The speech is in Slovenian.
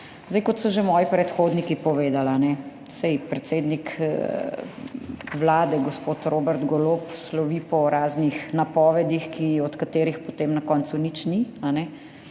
kot so že moji predhodniki povedali, saj predsednik Vlade gospod Robert Golob slovi po raznih napovedih ki, od katerih potem na koncu nič ni,